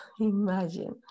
imagine